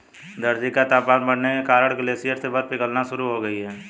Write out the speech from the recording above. धरती का तापमान बढ़ने के कारण ग्लेशियर से बर्फ पिघलना शुरू हो गयी है